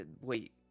wait